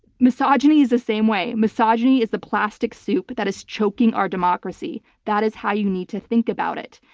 misogyny is the same way. misogyny is the plastic soup that is choking our democracy. that is how you need to think about it.